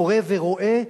קורא ורואה,